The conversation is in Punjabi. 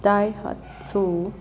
ਤਾਈਪਤਸੂ